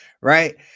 right